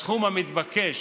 הסכום המתבקש,